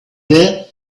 there